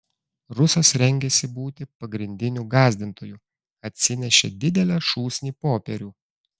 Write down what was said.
rusas rengėsi būti pagrindiniu gąsdintoju atsinešė didelę šūsnį popierių